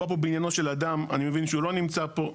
מדובר פה בעניינו של אדם אני מבין שהוא לא נמצא פה.